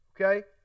Okay